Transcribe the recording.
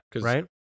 Right